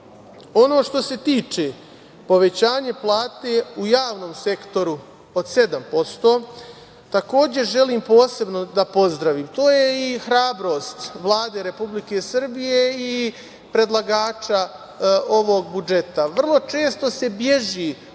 što se tiče povećanja plata u javnom sektoru od 7%, takođe želim posebno da pozdravim. To je i hrabrost Vlade Republike Srbije i predlagača ovog budžeta. Vrlo često se beži